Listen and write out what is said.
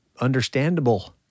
understandable